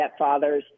stepfathers